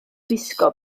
gwisgo